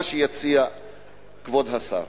מה שיציע כבוד השר.